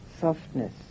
softness